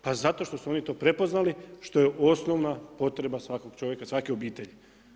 Pa zato što su oni to prepoznali, što je osnovna potreba svakog čovjeka, svake obitelji.